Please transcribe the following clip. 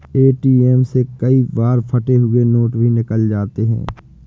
ATM से कई बार फटे हुए नोट भी निकल जाते हैं